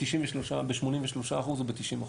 ב-83% וב-90%.